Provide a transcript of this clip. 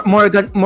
Morgan